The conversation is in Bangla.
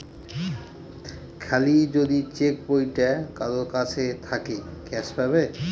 খালি যদি চেক বইটা কারোর কাছে থাকে ক্যাস পাবে